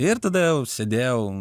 ir tada jau sėdėjau